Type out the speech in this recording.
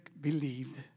believed